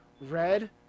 red